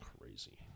Crazy